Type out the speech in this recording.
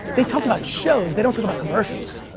they talk about shows. they don't talk about commercials.